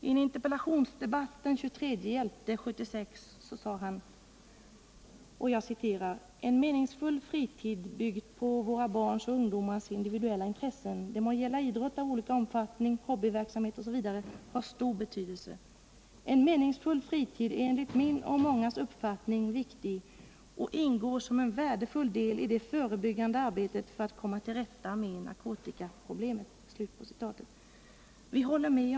I en interpellationsdebatt den 23 november 1976 sade han: ”En meningsfull fritid byggd på våra barns och ungdomars individuella intressen — det må gälla idrott av olika omfattning, hobbyverksamhet osv. — har stor betydelse. En meningsfull fritid är enligt min och mångas uppfattning viktig och ingår som en värdefull del i det förebyggande arbetet för att komma till rätta med narkotikaproblemet.” Vi håller med.